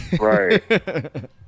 right